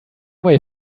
way